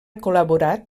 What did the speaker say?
col·laborat